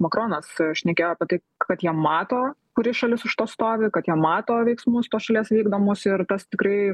makronas šnekėjo apie tai kad jie mato kuri šalis už to stovi kad jie mato veiksmus tos šalies vykdomus ir tas tikrai